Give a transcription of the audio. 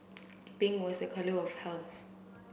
pink was a colour of health